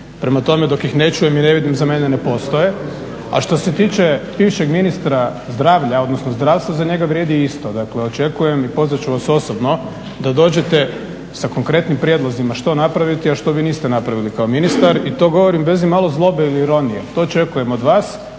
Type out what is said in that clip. Prema tome, dok ih ne čujem i ne vidim za mene ne postoje. A što se tiče bivšeg ministra zdravlja odnosno zdravstva za njega vrijedi isto, dakle očekujem i pozvat ću vas osobno da dođete sa konkretnim prijedlozima što napraviti, a što vi niste napravili kao ministar i to govorim bez imalo zlobe ili ironije, to očekujem od vas.